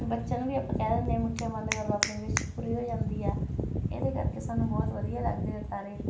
ਬੱਚਿਆਂ ਨੂੰ ਵੀ ਆਪਾਂ ਕਹਿ ਦਿੰਦੇ ਆ ਮੁੱਠੀਆਂ ਬੰਦ ਕਰੋ ਆਪਣੀ ਵਿਸ਼ ਪੂਰੀ ਹੋ ਜਾਂਦੀ ਆ ਇਹਦੇ ਕਰਕੇ ਸਾਨੂੰ ਬਹੁਤ ਵਧੀਆ ਲੱਗਦੇ ਆ ਤਾਰੇ